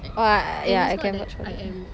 !wah! ya I can vouch for that